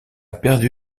perdu